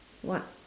what